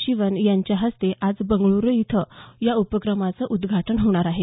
शिवन यांच्या हस्ते आज बंगळ्रु इथं या उपक्रमाचं उद्घाटन होणार आहे